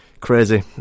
Crazy